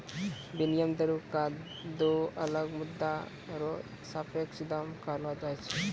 विनिमय दरो क दो अलग मुद्रा र सापेक्ष दाम कहलो जाय छै